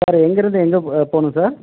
sir எங்கேருந்து எங்கே போகணும் சார்